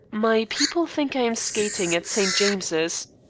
my people think i am skating at st. james's.